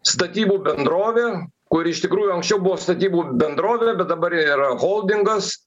statybų bendrovė kuri iš tikrųjų anksčiau buvo statybų bendrovė bet dabar yra holdingas